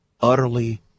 utterly